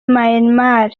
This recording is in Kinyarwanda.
myanmar